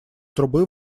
трубы